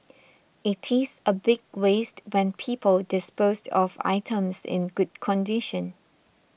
it is a big waste when people dispose of items in good condition